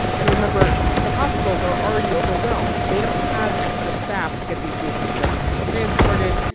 and remember the hospitals are already overwhelmed. they don't have extra staff to get these patients ready to be transported,